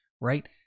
right